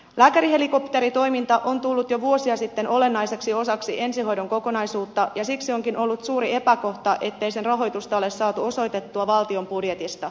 lääkärihelikopteritoiminta on tullut jo vuosia sitten olennaiseksi osaksi ensihoidon kokonaisuutta ja siksi onkin ollut suuri epäkohta ettei sen rahoitusta ole saatu osoitettua valtion budjetista